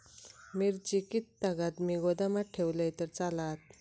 मिरची कीततागत मी गोदामात ठेवलंय तर चालात?